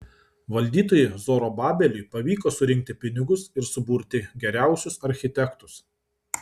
valdytojui zorobabeliui pavyko surinkti pinigus ir suburti geriausius architektus